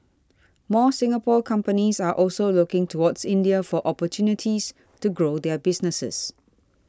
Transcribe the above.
more Singapore companies are also looking towards India for opportunities to grow their businesses